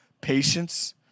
patience